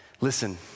Listen